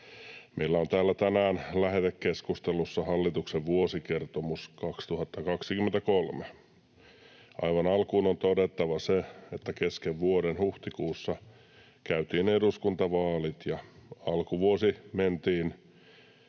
Meillä on täällä tänään lähetekeskustelussa hallituksen vuosikertomus 2023. Aivan alkuun on todettava se, että kesken vuoden huhtikuussa käytiin eduskuntavaalit ja alkuvuosi mentiin